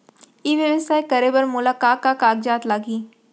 ई व्यवसाय करे बर मोला का का कागजात लागही?